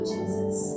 Jesus